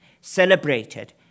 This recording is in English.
celebrated